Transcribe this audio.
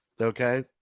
Okay